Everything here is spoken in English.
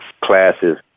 classes